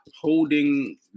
holding